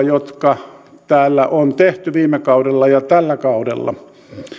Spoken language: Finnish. jotka täällä on tehty viime kaudella ja tällä kaudella